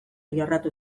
jorratu